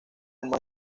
más